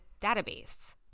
database